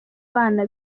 bana